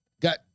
Got